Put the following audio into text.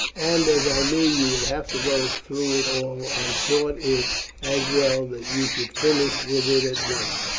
and as i knew you would have to go through it all i thought it as well that you should finish with it at once.